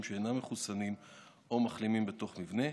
שאינם מחוסנים או מחלימים בתוך מבנה,